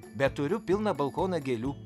bet turiu pilną balkoną gėlių